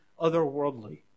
otherworldly